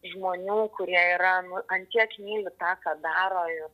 žmonių kurie yra nu ant kiek myli tą ką daro ir